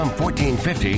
1450